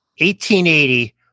1880